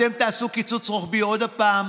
אתם תעשו קיצוץ רוחבי, עוד פעם